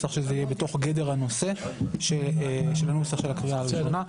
צריך שזה יהיה בתוך גדר הנושא של הנוסח של הקריאה הראשונה.